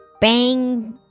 Bang